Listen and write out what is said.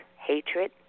hatred